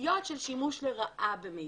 בסוגיות של שימוש לרעה במידע,